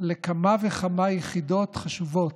לכמה וכמה יחידות חשובות.